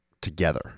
together